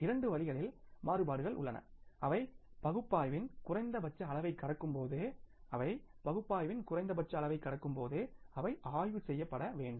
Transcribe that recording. இரண்டு வழிகளிலும் மாறுபாடுகள் உள்ளன அவை பகுப்பாய்வின் குறைந்தபட்ச அளவைக் கடக்கும்போது அவை பகுப்பாய்வின் குறைந்தபட்ச அளவைக் கடக்கும்போது அவை ஆய்வு செய்ய வேண்டும்